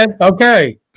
Okay